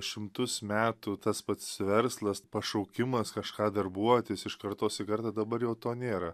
šimtus metų tas pats verslas pašaukimas kažką darbuotis iš kartos į gardą dabar jau to nėra